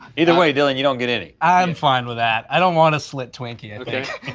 either way dylan, you don't get any. i'm fine with that. i don't want a slit twinkie i yeah